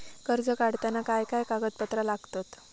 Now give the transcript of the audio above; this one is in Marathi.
कर्ज काढताना काय काय कागदपत्रा लागतत?